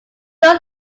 does